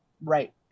right